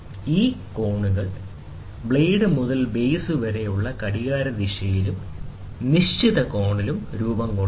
ഈ കോണുകൾ ബ്ലേഡ് മുതൽ ബേസ് വരെയുള്ള ഘടികാരദിശയിലും നിശിതകോണിലും രൂപം കൊള്ളുന്നു